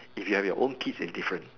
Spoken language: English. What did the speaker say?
if you have your own kids it's different